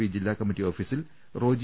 B ജില്ലാ committee ഓഫീസിൽ റോജി